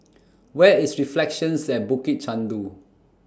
Where IS Reflections At Bukit Chandu